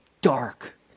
dark